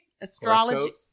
Astrology